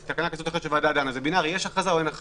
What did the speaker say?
יש הכרזה או אין הכרזה.